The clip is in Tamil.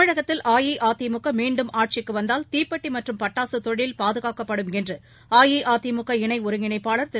தமிழகத்தில் அஇஅதிமுக மீண்டும் ஆட்சிக்கு வந்தால் தீப்பெட்டி மற்றும் பட்டாசு தொழில் பாதுகாக்கப்படும் என்று அஇஅதிமுக இணை ஒருங்கிணைப்பாளர் திரு